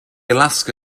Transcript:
alaska